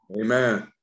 Amen